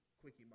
quickie